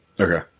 Okay